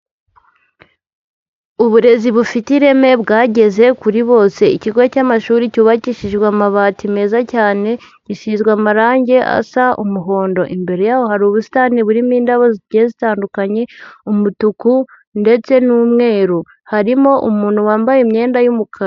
Uburezi bufite ireme bwageze kuri bose. Ikigo cy'amashuri cyubakishijwe amabati meza cyane gisizwe amarangi asa umuhondo. Imbere yaho hari ubusitani burimo indabo zigiye zitandukanye umutuku, ndetse n'umweru. Harimo umuntu wambaye imyenda y'umukara.